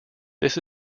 this